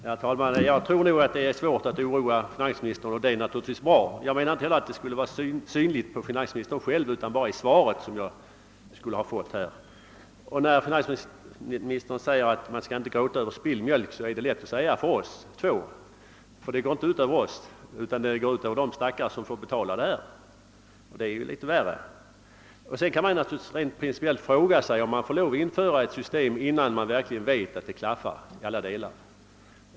Herr talman! Jag tror det är svårt att oroa finansministern, och det är naturligtvis i och för sig bra. Jag menar inte heller att oron skulle vara synlig hos finansministern personligen utan bara att den .skulle ha kommit till uttryck:i svaret på min fråga. Finansministern säger att man inte skall gråta över. spilld mjölk, och det är ju lätt att säga för oss båda, eftersom felen inte har drabbat oss utan de stackare som fått betala skatt två gånger. För dem är det ju litet värre. Sedan kan man naturligtvis rent principiellt fråga sig, om myndigheterna skall få införa ett sådant här system innan de verkligen vet att det klaffar till alla delar.